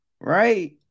right